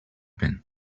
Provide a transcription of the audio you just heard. been